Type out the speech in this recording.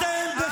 אתם,